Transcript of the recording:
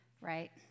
right